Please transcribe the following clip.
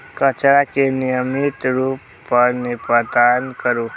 कचरा के नियमित रूप सं निपटान करू